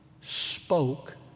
spoke